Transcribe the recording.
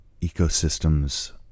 ecosystems